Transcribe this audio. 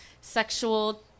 sexual